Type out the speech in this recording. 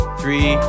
three